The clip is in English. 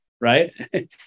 right